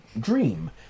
dream